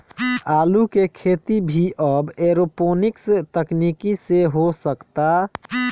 आलू के खेती भी अब एरोपोनिक्स तकनीकी से हो सकता